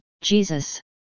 Jesus